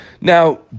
Now